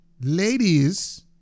ladies